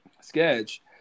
sketch